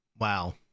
Wow